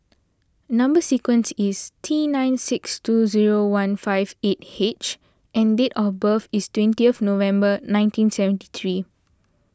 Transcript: Number Sequence is T nine six two zero one five eight H and date of birth is twentieth November nineteen seventy three